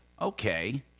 Okay